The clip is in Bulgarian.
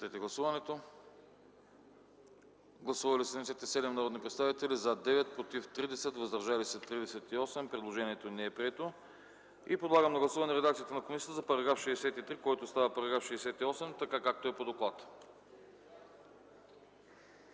Гласували 77 народни представители: за 11, против 30, въздържали се 36. Предложението не е прието. Подлагам на гласуване редакцията на комисията за § 62, който става § 67, както е по доклад.